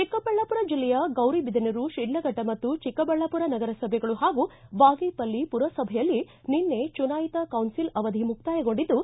ಚಿಕ್ಕಬಳ್ಳಾಪುರ ಜಿಲ್ಲೆಯ ಗೌರಿಬಿದನೂರು ಶಿಡ್ಡಫಟ್ಟ ಮತ್ತು ಚಿಕ್ಕಬಳ್ಳಾಪುರ ನಗರಸಭೆಗಳು ಹಾಗೂ ಬಾಗೇಪಲ್ಲಿ ಪುರಸಭೆಯಲ್ಲಿ ನಿನ್ನೆ ಚುನಾಯಿತ ಕೌನ್ಲಿಲ್ ಅವಧಿ ಮುಕ್ತಾಯಗೊಂಡಿದ್ದು